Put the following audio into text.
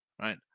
right